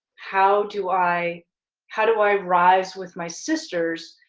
how do i how do i rise with my sisters?